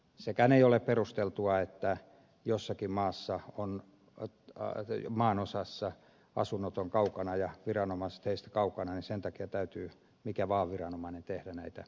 sekään ei ole perusteltua että jossakin maan osassa asunnot ovat viranomaisteistä kaukana ja sen takia täytyy minkä vaan viranomaisen tehdä näitä tehtäviä